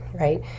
right